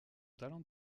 talent